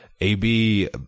AB